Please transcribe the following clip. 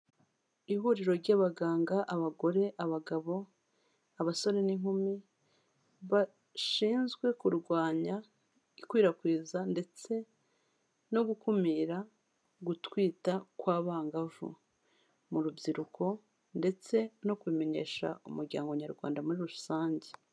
Ihuriro ry'abaganga abagore, abagabo, abasore n'inkumi bashinzwe kurwanya ikwirakwiza ndetse no gukumira gutwita kw'abangavu, mu rubyiruko ndetse no kumenyesha umuryango nyarwanda muri rusange.